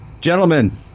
Gentlemen